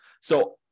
So-